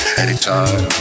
anytime